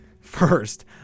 first